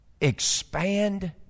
expand